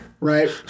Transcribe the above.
Right